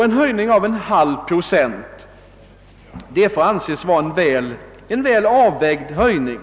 En höjning med en halv procent får betraktas som en väl avvägd höjning.